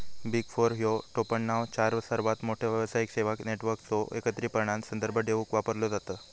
big four ह्यो टोपणनाव चार सर्वात मोठ्यो व्यावसायिक सेवा नेटवर्कचो एकत्रितपणान संदर्भ देवूक वापरलो जाता